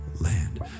land